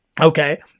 Okay